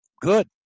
good